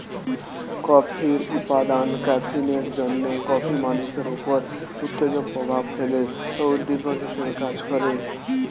কফির উপাদান ক্যাফিনের জন্যে কফি মানুষের উপর উত্তেজক প্রভাব ফেলে ও উদ্দীপক হিসেবে কাজ করে